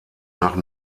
nach